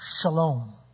Shalom